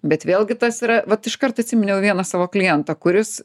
bet vėlgi tas yra vat iškart atsiminiau vieną savo klientą kuris